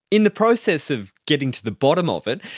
in the process of getting to the bottom of it,